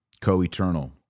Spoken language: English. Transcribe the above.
co-eternal